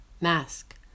mask